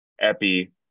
epi